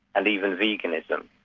and even veganism.